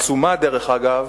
דרך אגב,